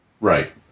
Right